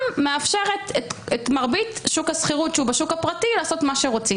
מאפשרת לשוק השכירות הפרטי לעשות מה שהוא רוצה.